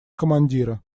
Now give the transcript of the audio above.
командира